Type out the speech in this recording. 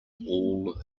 all